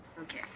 Okay